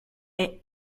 est